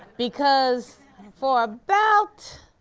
because for about